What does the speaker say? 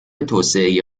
توسعه